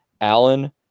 Allen